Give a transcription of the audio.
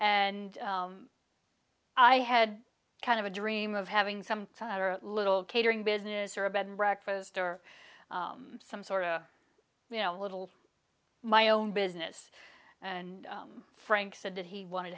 and i had kind of a dream of having some little catering business or a bed and breakfast or some sort of you know a little my own business and frank said that he wanted